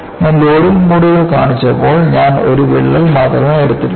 ഞാൻ ലോഡിംഗ് മോഡുകൾ കാണിച്ചപ്പോൾ ഞാൻ ഒരു വിള്ളൽ മാത്രമേ എടുത്തിട്ടുള്ളൂ